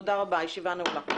תודה רבה, הישיבה נעולה.